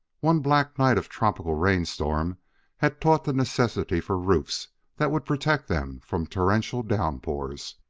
one black night of tropic rainstorm had taught the necessity for roofs that would protect them from torrential downpours.